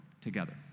together